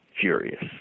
furious